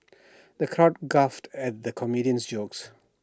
the crowd guffawed at the comedian's jokes